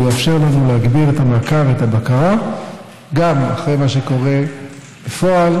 והוא יאפשר לנו להגביר את המעקב והבקרה גם אחרי מה שקורה בפועל,